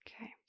Okay